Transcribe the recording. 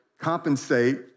compensate